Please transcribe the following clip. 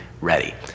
ready